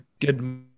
Good